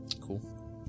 Cool